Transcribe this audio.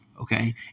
Okay